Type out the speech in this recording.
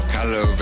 Hello